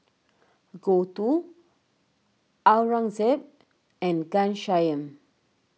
Gouthu Aurangzeb and Ghanshyam